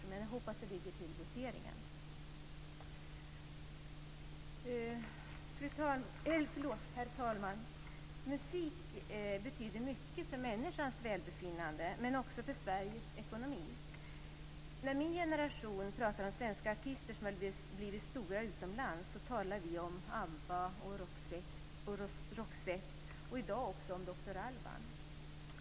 Men jag hoppas att det föreligger ett rättningsblad till voteringen. Herr talman! Musik betyder mycket för människans välbefinnande, men också för Sveriges ekonomi. När min generation pratar om svenska artister som blivit stora utomlands talar vi om ABBA, Roxette och i dag även om Doktor Alban.